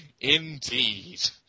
Indeed